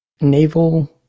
Naval